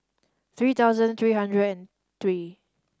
three thousand three hundred and three